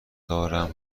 دارم